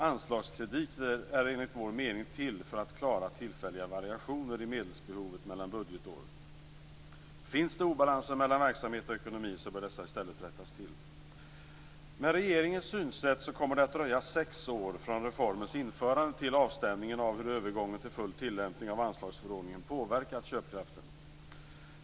Anslagskrediter är enligt vår mening till för att klara tillfälliga variationer i medelsbehovet mellan budgetår. Finns det obalanser mellan verksamhet och ekonomi bör dessa i stället rättas till. Med regeringens synsätt kommer det att dröja sex år från reformens införande till avstämningen av hur övergången till full tillämpning av anslagsförordningen påverkat Försvarsmaktens köpkraft.